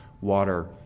water